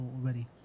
already